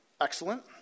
Excellent